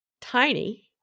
tiny